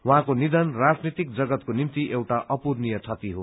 उहाँको निधन राजनीतिक जगतको निम्ति एउटा अपूरणीय क्षति हो